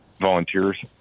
volunteers